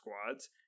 squads